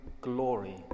glory